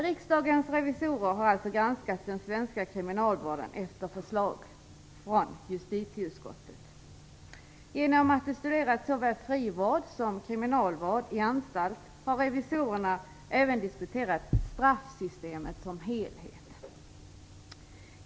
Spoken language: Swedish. Riksdagens revisorer har alltså granskat den svenska kriminalvården efter förslag från justitieutskottet. Genom att såväl frivård som kriminalvård i anstalt studerats har revisorerna även diskuterat straffsystemet som helhet.